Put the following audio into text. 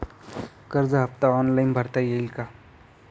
कर्ज हफ्ता ऑनलाईन भरता येईल का?